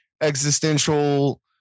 existential